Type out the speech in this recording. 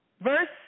verse